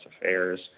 Affairs